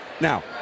now